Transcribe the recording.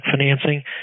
financing